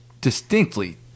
distinctly